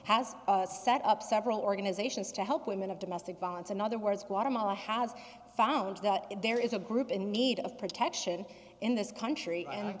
has set up several organizations to help women of domestic violence in other words guatemala has found that there is a group in need of protection in this country and